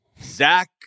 zach